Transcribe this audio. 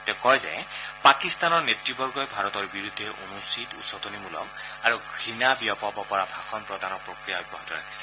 তেওঁ কয় যে পাকিস্তানৰ নেতৃবগই ভাৰতৰ বিৰুদ্ধে অনুচিত উচতনিমূলক আৰু ঘৃণা বিয়পাব পৰা ভাষণ প্ৰদানৰ প্ৰক্ৰিয়া অব্যাহত ৰাখিছে